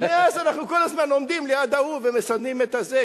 מאז אנחנו כל הזמן עומדים ליד ההוא ומסדרים את זה,